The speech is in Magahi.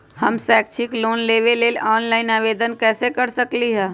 हम शैक्षिक लोन लेबे लेल ऑनलाइन आवेदन कैसे कर सकली ह?